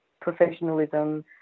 professionalism